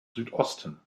südosten